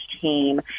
Team